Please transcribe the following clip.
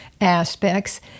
aspects